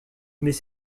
mais